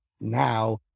now